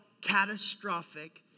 catastrophic